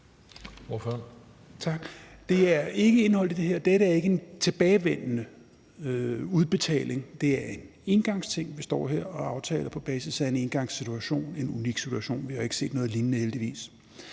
Det er ikke indeholdt i det her, dette er ikke en tilbagevendende udbetaling, det er en engangsting, vi står her og aftaler, på basis af en engangssituation, en unik situation – vi har jo heldigvis